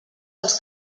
els